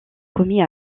commis